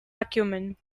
acumen